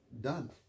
done